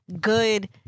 good